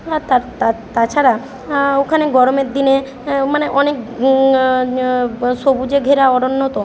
আর তার তা তাছাড়া ওখানে গরমের দিনে মানে অনেক সবুজে ঘেরা অরণ্য তো